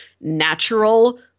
natural